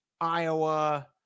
Iowa